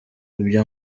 ibyo